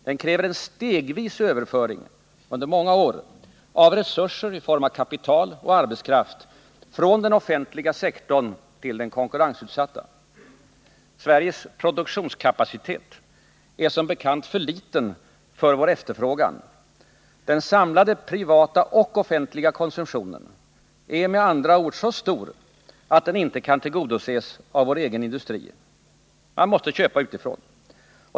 Den kräver en stegvis överföring under många år av resurser i form av kapital och arbetskraft från den offentliga sektorn till den konkurrensutsatta. Sveriges produktionskapacitet är som bekant för liten för vår efterfrågan. Den samlade privata och offentliga konsumtionen är med andra ord så stor att den inte kan tillgodoses av vår egen industri. Man måste köpa utifrån.